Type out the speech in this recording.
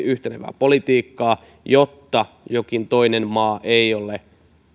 yhtenevää politiikkaa jotta jokin toinen maa ei ole